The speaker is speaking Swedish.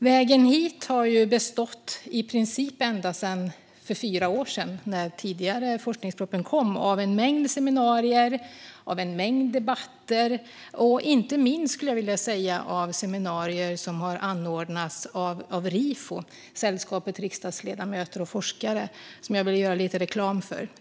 Vägen hit har i princip ända sedan den tidigare forskningspropositionen kom för fyra år sedan bestått av en mängd seminarier och debatter - inte minst seminarier anordnade av Rifo, Sällskapet riksdagsledamöter och forskare, som jag vill göra lite reklam för.